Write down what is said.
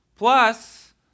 Plus